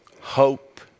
hope